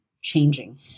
changing